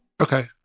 Okay